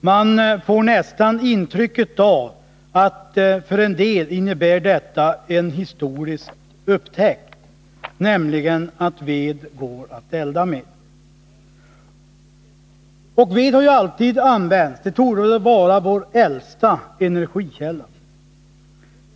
Man får nästan intrycket att detta till en del innebär en historisk upptäckt, nämligen att ved går att elda med. Men ved har ju alltid använts. Den torde vara vår äldsta energikälla.